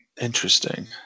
Interesting